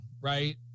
right